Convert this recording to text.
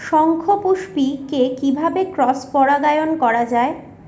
শঙ্খপুষ্পী কে কিভাবে ক্রস পরাগায়ন করা যায়?